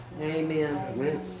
Amen